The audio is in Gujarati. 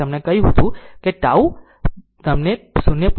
મેં તમને જે કહ્યું તે ટાઉ તમને 0